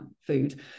food